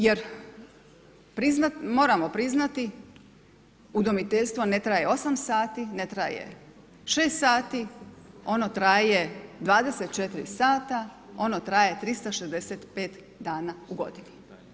Jer moramo priznati udmoiteljstvo ne traje 8 sati, ne traje 6 sati ono traje 24 sata, ono traje 365 dana u godini.